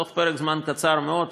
בתוך פרק זמן קצר מאוד,